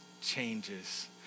changes